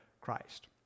Christ